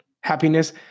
Happiness